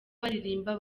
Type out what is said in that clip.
baririmba